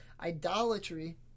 Idolatry